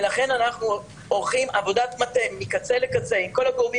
ולכן אנחנו עורכים עבודת מטה מקצה לקצה עם כל הגורמים